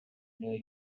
new